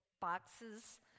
boxes